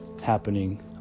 happening